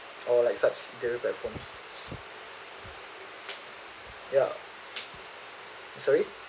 or like such delivery platforms ya sorry